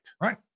Right